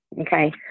Okay